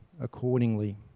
accordingly